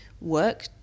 work